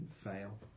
fail